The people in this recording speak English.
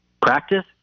Practice